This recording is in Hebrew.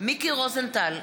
מיקי רוזנטל,